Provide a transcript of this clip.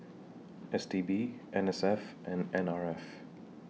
S T B N S F and N R F